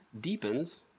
Deepens